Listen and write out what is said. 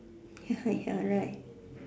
ya you're right